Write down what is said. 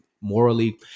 morally